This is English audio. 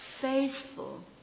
faithful